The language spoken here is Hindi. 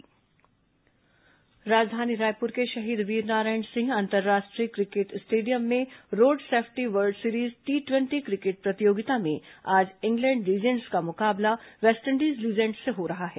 रोड सेफ्टी क्रिकेट टूर्नामेंट राजधानी रायपुर के शहीद वीरनारायण सिंह अंतर्राष्ट्रीय क्रिकेट स्टेडियम में road safety world series T ट्वेटी क्रिकेट प्रतियोगिता में आज इंग्लैण्ड लीजेंड्स का मुकाबला वेस्टइंडीज लीजेंड्स से हो रहा है